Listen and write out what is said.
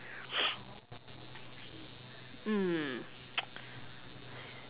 mm